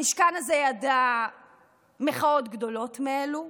המשכן הזה ידע מחאות גדולות מאלו,